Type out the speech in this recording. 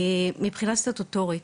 מבחינה סטטוטורית,